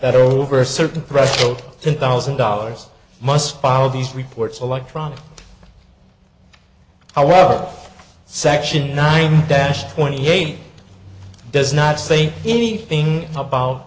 are over a certain threshold ten thousand dollars must file these reports electronic however section nine dash twenty eight does not say anything about